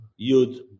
Yud